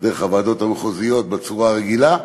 דרך הוועדות המחוזיות, בצורה הרגילה,